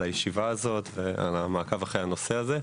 על הישיבה הזאת ועל המעקב אחר הנושא הזה.